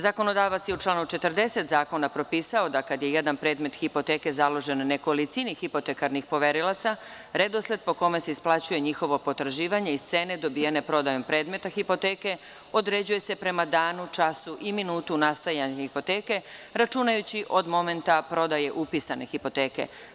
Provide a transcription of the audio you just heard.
Zakonodavac je u stavu 40. zakona propisao da kad je jedan predmet hipoteke založen nekolicini hipotekarnih poverilaca redosled po kome se isplaćuje njihovo potraživanje i cene dobijene prodajom predmetom hipoteke određuje se prema danu, času i minutu nastajanja hipoteke računajući od momenta prodaje upisane hipoteke.